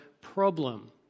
problem